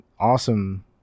awesome